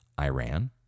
Iran